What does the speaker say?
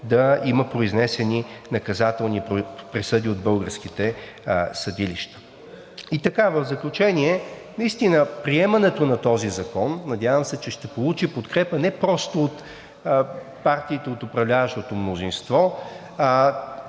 да има произнесени наказателни присъди от българските съдилища. И така, в заключение, наистина приемането на този закон, надявам се, че ще получи подкрепа не просто от партиите от управляващото мнозинство.